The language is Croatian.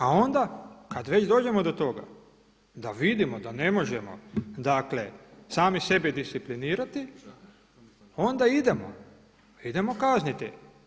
A onda kada već dođemo do toga da vidimo da ne možemo dakle sami sebe disciplinirati onda idemo, idemo kazniti.